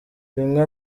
rimwe